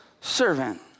servant